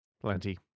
Plenty